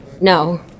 No